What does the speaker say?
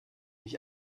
mich